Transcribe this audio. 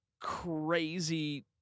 crazy